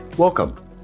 Welcome